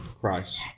Christ